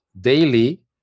daily